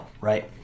right